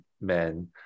men